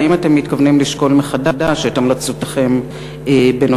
והאם אתם מתכוונים לשקול מחדש את המלצותיכם בנושא